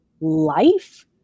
life